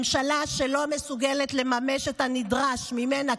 ממשלה שלא מסוגלת לממש את הנדרש ממנה,